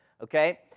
Okay